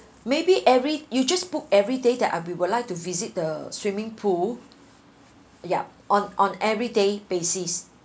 maybe every you just put everyday that we would like to visit the swimming pool yup on on everyday basis